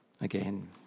again